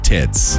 Tits